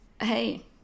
hey